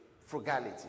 frugality